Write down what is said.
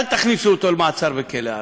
אל תכניסו אותו למעצר בכלא 4,